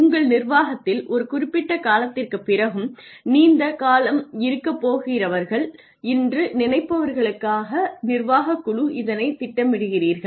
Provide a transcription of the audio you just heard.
உங்கள் நிர்வாகத்தில் ஒரு குறிப்பிட்ட காலத்திற்குப் பிறகும் நீந்த காலம் இருக்கப் போகிறவர்கள் என்று நினைப்பவர்களுக்காக நிர்வாகக் குழு இதனைத் திட்டமிடுகிறீர்கள்